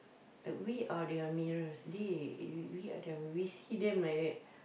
we are their mirrors they we are their~ we see them like that